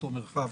אותו מרחב,